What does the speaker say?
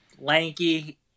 lanky